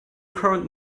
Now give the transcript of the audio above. current